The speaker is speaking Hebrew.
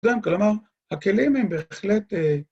גם כלומר, הכלים הם בהחלט...